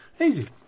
Easy